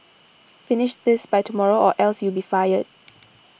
finish this by tomorrow or else you'll be fired